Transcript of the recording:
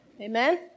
Amen